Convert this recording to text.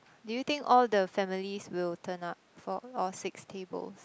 do you think all the families will turn up for all six tables